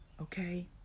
okay